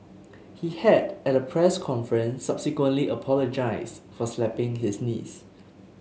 he had at a press conference subsequently apologised for slapping his niece